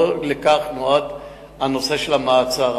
לא לכך נועד הנושא של המעצר.